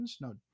No